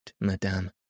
madame